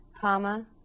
comma